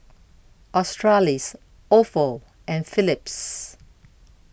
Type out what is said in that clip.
Australis Ofo and Phillips